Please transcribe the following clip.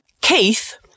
Keith